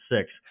six